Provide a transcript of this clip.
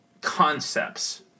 concepts